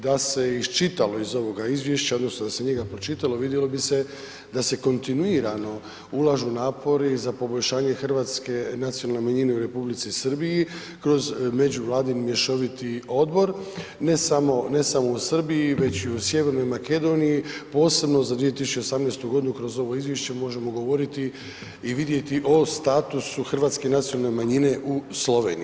Da se iščitalo iz ovoga izvješća odnosno da se njega pročitao, vidjelo bi se da se kontinuirano ulažu napori za poboljšanje hrvatske nacionalne manjine u Republici Srbiji kroz međuvladin mješovit odbor, ne samo u Srbiji već i u Sjevernoj Makedoniji posebno za 2018. g. kroz ovo izvješće možemo govoriti i vidjeti o statusu hrvatske nacionalne manjine u Sloveniji.